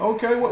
Okay